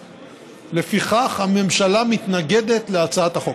לפיכך, הממשלה מתנגדת להצעת החוק.